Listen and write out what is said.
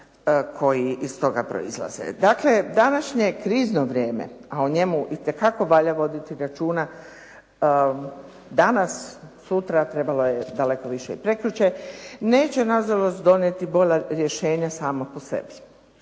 koji iz toga proizlaze. Dakle, današnje krizno vrijeme, a o njemu itekako valja voditi računa, danas, sutra trebalo je daleko više i prekjučer, neće nažalost donijeti bolja rješenja samo po sebi.